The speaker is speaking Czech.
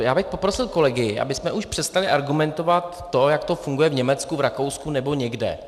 Já bych poprosil kolegy, abychom už přestali argumentovat to, jak to funguje v Německu, v Rakousku nebo někde.